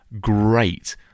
Great